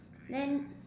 then